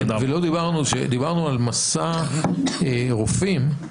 דיברנו על 'מסע רופאים',